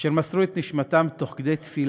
אשר מסרו את נשמתם תוך כדי תפילה,